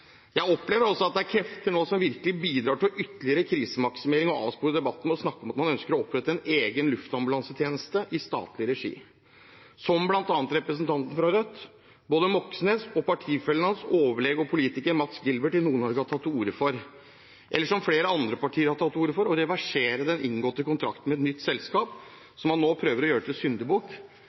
jeg opplever også at det er krefter som virkelig bidrar til ytterligere å krisemaksimere og avspore debatten, og som snakker om at man ønsker å opprette en egen luftambulansetjeneste i statlig regi, noe bl.a. både representanten Moxnes fra Rødt og hans partifelle overlege og politiker Mads Gilbert i Nord-Norge har tatt til orde for. Flere andre partier har tatt til orde for å reversere den inngåtte kontrakten med et nytt selskap, som man nå prøver å gjøre til